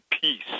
peace